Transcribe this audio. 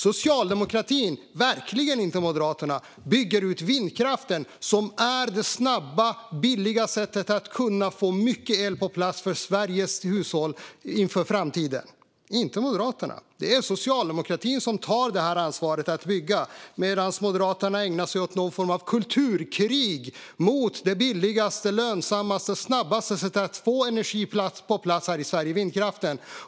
Socialdemokratin - verkligen inte Moderaterna - bygger ut vindkraften, som är det snabba, billiga sättet att få mycket el på plats för Sveriges hushåll inför framtiden. Det är inte Moderaterna utan socialdemokratin som tar ansvar och bygger medan Moderaterna ägnar sig åt någon form av kulturkrig mot det billigaste, lönsammaste och snabbaste sättet att få energi på plats här i Sverige, det vill säga vindkraften.